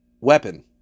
weapon